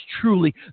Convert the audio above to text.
truly